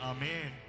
Amen